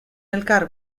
elkar